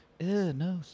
no